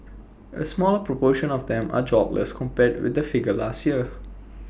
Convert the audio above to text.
A smaller proportion of them are jobless compared with the figure last year